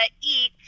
eat